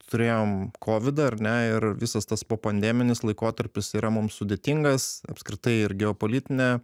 turėjom kovidą ar ne ir visas tas po pandeminis laikotarpis yra mum sudėtingas apskritai ir geopolitinė